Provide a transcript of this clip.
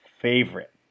favorite